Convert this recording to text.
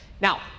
Now